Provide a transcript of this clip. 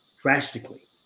drastically